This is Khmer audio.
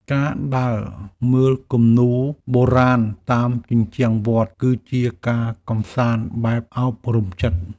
ការដើរមើលគំនូរបុរាណតាមជញ្ជាំងវត្ត គឺជាការកម្សាន្តបែបអប់រំចិត្ត។